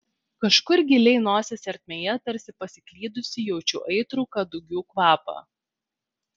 kažkur giliai nosies ertmėje tarsi pasiklydusį jaučiu aitrų kadugių kvapą